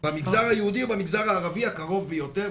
במגזר היהודי ובמגזר הערבי הקרוב ביותר",